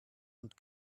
und